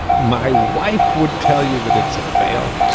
my wife would tell you that it's a fail.